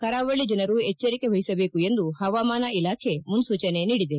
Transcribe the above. ಕರಾವಳಿ ಜನರು ಎಚ್ಚರಿಕೆ ವಹಿಸಬೇಕು ಎಂದು ಹವಾಮಾನ ಇಲಾಖೆ ಮುನ್ನೂಚನೆ ನೀಡಿದೆ